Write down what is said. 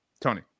Tony